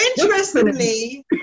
interestingly